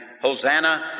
Hosanna